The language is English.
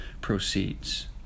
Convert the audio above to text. proceeds